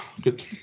Good